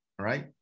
right